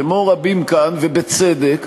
כמו רבים כאן, ובצדק,